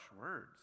words